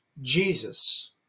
Jesus